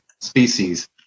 species